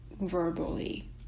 verbally